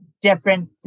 different